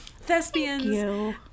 thespians